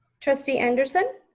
trustee anderson?